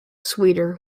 sweeter